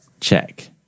check